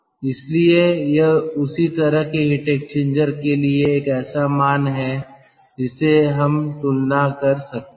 इसलिए यह उसी तरह के हीट एक्सचेंजर के लिए एक ऐसा मान है जिससे हम तुलना कर सकते हैं